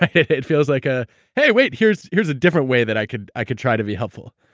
it feels like a hey wait, here's here's a different way that i could i could try to be helpful.